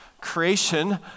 Creation